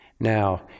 Now